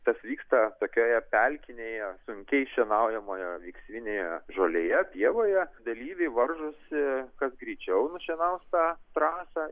tas vyksta tokioje pelkinėje sunkiai šienaujamoje viskvinėje žolėje pievoje dalyviai varžosi kas greičiau nušienaus tą trasą